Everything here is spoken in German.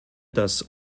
dass